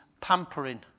pampering